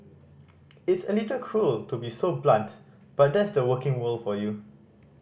it's a little cruel to be so blunt but that's the working world for you